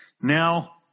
Now